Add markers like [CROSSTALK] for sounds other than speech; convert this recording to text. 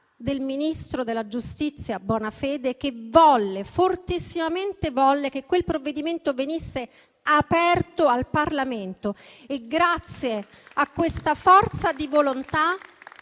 del ministro della giustizia Bonafede che volle, fortissimamente volle, che quel provvedimento venisse aperto al Parlamento. [APPLAUSE] Grazie a quella forza di volontà